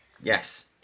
Yes